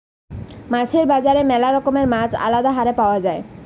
মাছের বাজারে ম্যালা রকমের মাছ আলদা হারে পাওয়া যায়